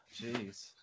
Jeez